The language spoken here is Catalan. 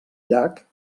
llac